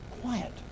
quiet